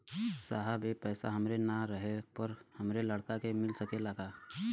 साहब ए पैसा हमरे ना रहले पर हमरे लड़का के मिल सकेला का?